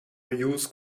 use